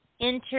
enter